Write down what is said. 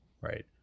Right